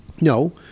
No